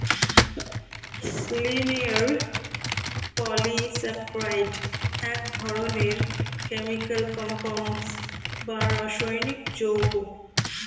linear polysaccharide এক ধরনের chemical compound বা রাসায়নিক যৌগ